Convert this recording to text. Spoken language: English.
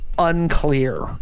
unclear